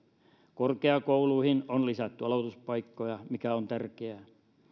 korkeakouluihin on lisätty aloituspaikkoja mikä on tärkeää